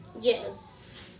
Yes